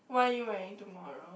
what are you wearing tomorrow